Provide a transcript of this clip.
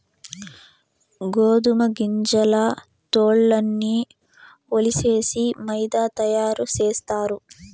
గోదుమ గింజల తోల్లన్నీ ఒలిసేసి మైదా తయారు సేస్తారు